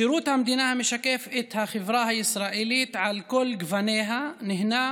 שירות המדינה המשקף את החברה הישראלית על כל גווניה נהנה